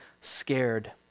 scared